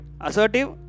assertive